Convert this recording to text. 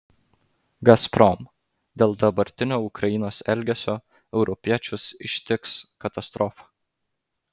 gazprom dėl dabartinio ukrainos elgesio europiečius ištiks katastrofa